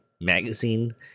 magazine